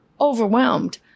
overwhelmed